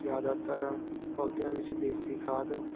ਜ਼ਿਆਦਾਤਰ ਪੌਦਿਆਂ ਵਿੱਚ ਦੇਸੀ ਖਾਦ